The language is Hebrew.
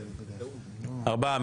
ארבעה.